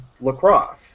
lacrosse